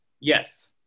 Yes